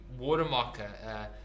watermarker